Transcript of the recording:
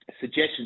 suggestions